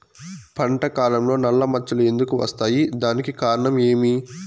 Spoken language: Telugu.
పంట కాలంలో నల్ల మచ్చలు ఎందుకు వస్తాయి? దానికి కారణం ఏమి?